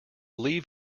leave